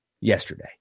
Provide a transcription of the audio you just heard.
yesterday